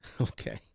Okay